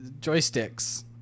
joysticks